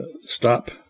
stop